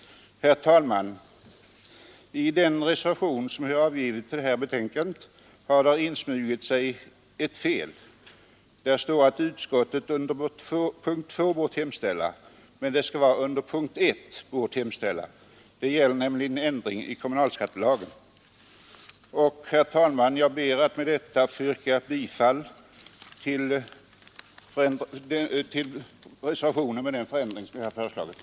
Herr talman! I den reservation som jag tillsammans med herr Lothigius har fogat vid detta betänkande har insmugit sig ett fel. Där står ”att utskottet under punkt 2 bort hemställa”, men det skall vara ”att utskottet under punkt 1 bort hemställa”. Det gäller nämligen en ändring i kommunalskattelagen. Herr talman! Jag ber att med det anförda få yrka bifall till reservationen med den av mig angivna ändringen.